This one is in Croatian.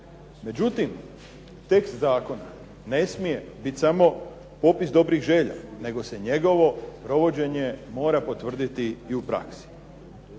Međutim, tekst zakona ne smije biti samo popis dobrih želja nego se njegovo provođenje mora potvrditi i u praksi,